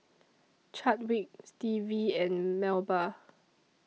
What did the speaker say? Chadwick Stevie and Melba